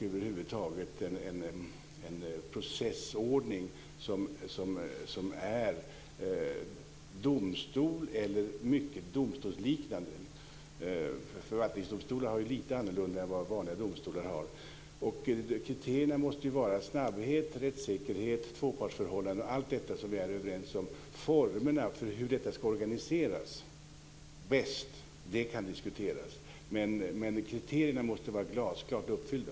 Över huvud taget vill man ha en processordning i domstol eller som är mycket domstolsliknande. Förvaltningsdomstolar är ju lite annorlunda än vanliga domstolar. Kriterierna måste vara snabbhet, rättssäkerhet, tvåpartsförhållande och allt detta som vi är överens om. Formerna för hur detta bäst ska organiseras kan diskuteras, men kriterierna måste vara glasklart uppfyllda.